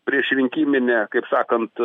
priešrinkiminę kaip sakant